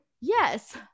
Yes